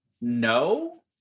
no